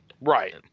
Right